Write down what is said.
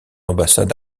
ambassade